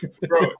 Bro